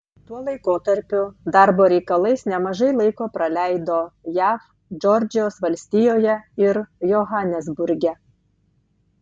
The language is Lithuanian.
tuo laikotarpiu darbo reikalais nemažai laiko praleido jav džordžijos valstijoje ir johanesburge